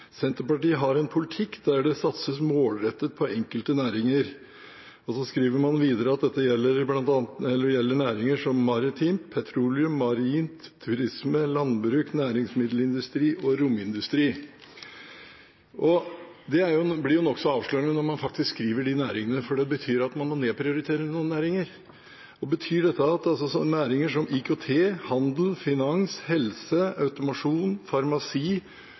Senterpartiet. Man skriver: «Senterpartiet står for en politikk hvor det satses målrettet på enkelte næringer». Så skriver man videre at dette gjelder næringer som maritim, petroleum, marint, turisme, landbruk, næringsmiddelindustri og romindustri. Det blir nokså avslørende når man faktisk skriver de næringene, for det betyr at man må nedprioritere noen næringer. Betyr dette at næringer som IKT, handel, finans, helse, automasjon, farmasi